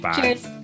Cheers